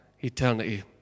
eternity